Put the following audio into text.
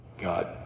God